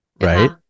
right